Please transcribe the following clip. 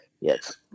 Yes